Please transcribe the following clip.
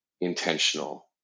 intentional